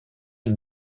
une